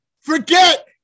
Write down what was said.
forget